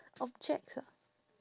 objects ah